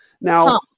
Now